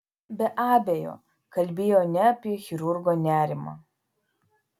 be abejo kalbėjo ne apie chirurgo nerimą